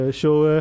show